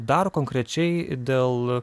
daro konkrečiai dėl